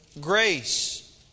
grace